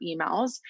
emails